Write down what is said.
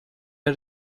all